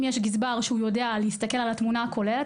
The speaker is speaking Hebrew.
אם יש גזבר שיודע להסתכל על התמונה הכוללת